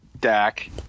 Dak